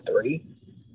three